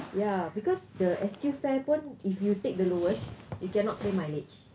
ya because the S_Q fare pun if you take the lowest you cannot claim mileage